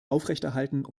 aufrechterhalten